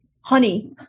honey